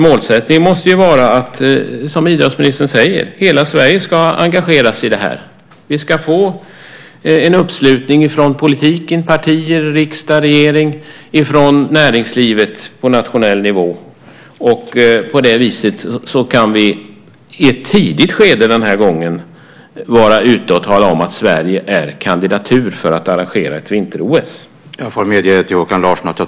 Målsättningen måste ju, som idrottsministern säger, vara att hela Sverige ska engagera sig i det här. Vi ska få en uppslutning från politiken - partier, riksdag och regering - och från näringslivet på nationell nivå. På det viset kan vi, i ett tidigt skede den här gången, gå ut och tala om att Sverige är kandidat för att arrangera ett vinter-OS.